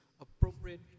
appropriate